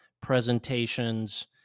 presentations